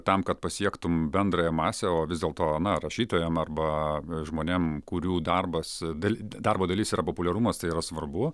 tam kad pasiektum bendrąją masę o vis dėlto na rašytojam arba žmonėm kurių darbas dal darbo dalis yra populiarumas tai yra svarbu